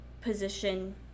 position